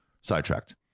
sidetracked